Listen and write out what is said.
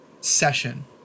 session